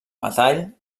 metall